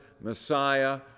Messiah